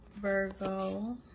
Virgo